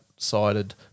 Sided